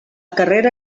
carrera